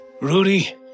Rudy